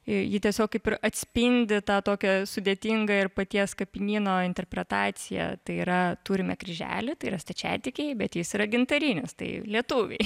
ji tiesiog kaip ir atspindi tą tokią sudėtingą ir paties kapinyno interpretaciją tai yra turime kryželį tai yra stačiatikiai bet jis yra gintarinis tai lietuviai